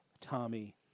Tommy